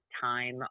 time